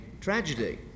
tragedy